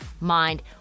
mind